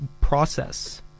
process